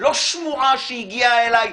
לא שמועה שהגיעה אליי,